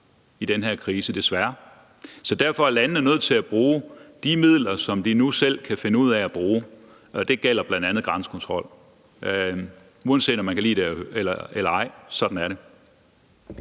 i den her krise, desværre. Så derfor er landene nødt til at bruge de midler, som de nu selv kan finde ud af at bruge, og det gælder bl.a. grænsekontrol. Uanset om man kan lide det eller ej, er det